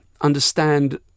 understand